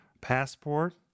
passport